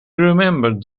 remembered